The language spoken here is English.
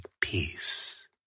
peace